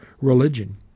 religion